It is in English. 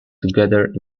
together